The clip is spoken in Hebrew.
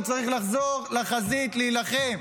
הוא צריך לחזור לחזית להילחם.